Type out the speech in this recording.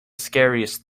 scariest